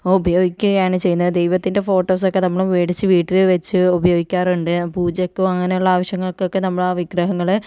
ഉപയോഗിക്കുകയാണ് ചെയ്യുന്നത് ദൈവത്തിൻ്റെ ഫോട്ടോസൊക്കെ നമ്മള് മേടിച്ച് വീട്ടില് വെച്ച് ഉപയോഗിക്കാറുണ്ട് പൂജയ്ക്കോ അങ്ങനെയുള്ള ആവശ്യങ്ങൾക്കൊക്കെ നമ്മളാ വിഗ്രഹങ്ങള്